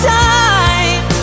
time